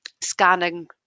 scanning